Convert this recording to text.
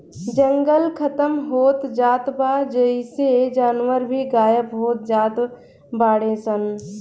जंगल खतम होत जात बा जेइसे जानवर भी गायब होत जात बाडे सन